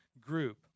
group